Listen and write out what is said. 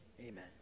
Amen